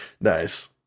Nice